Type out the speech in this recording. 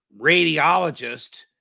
radiologist